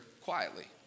quietly